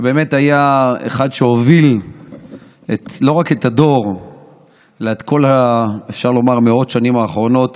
שבאמת היה אחד שהוביל לא רק את הדור אלא את כל מאות שנים האחרונות,